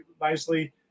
nicely